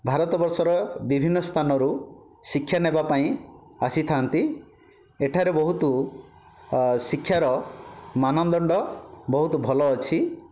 ଭାରତବର୍ଷର ବିଭିନ୍ନ ସ୍ଥାନରୁ ଶିକ୍ଷା ନେବା ପାଇଁ ଆସିଥାଆନ୍ତି ଏଠାରେ ବହୁତ ଶିକ୍ଷାର ମାନଦଣ୍ଡ ବହୁତ ଭଲ ଅଛି